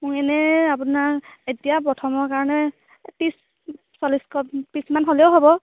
মোক এনেই আপোনাৰ এতিয়া প্ৰথমৰ কাৰণে ত্ৰিছ চল্লিছ কপি পিছমান হ'লেও হ'ব